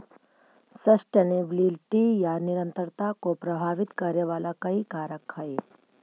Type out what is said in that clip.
sustainability या निरंतरता को प्रभावित करे वाला कई कारक हई